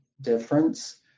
difference